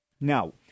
Now